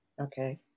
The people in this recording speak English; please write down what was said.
Okay